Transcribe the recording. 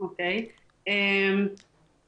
איפה מתחילה הבעיה?